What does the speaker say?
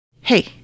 Hey